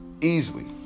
easily